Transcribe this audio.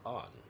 on